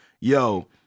yo